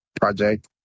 project